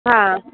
हा